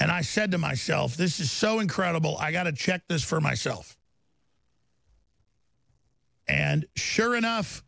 and i said to myself this is so incredible i got to check this for myself and sure enough